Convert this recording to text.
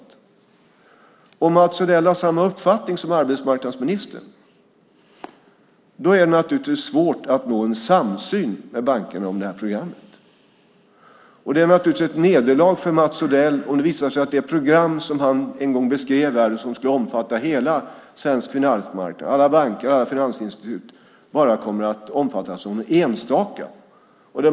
Om Mats Odell har samma uppfattning som arbetsmarknadsministern är det svårt att nå en samsyn med bankerna om det här programmet. Det är ett nederlag för Mats Odell om det visar sig att det program som han en gång beskrev här skulle omfatta hela den svenska finansmarknaden, alla banker och alla finansinstitut, bara kommer att omfattas av några enstaka.